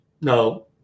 No